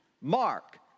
Mark